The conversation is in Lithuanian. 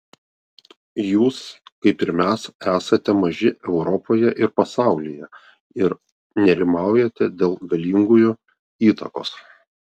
jūs kaip ir mes esate maži europoje ir pasaulyje ir nerimaujate dėl galingųjų įtakos